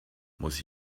muss